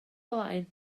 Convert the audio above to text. blaen